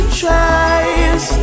tries